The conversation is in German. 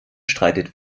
streitet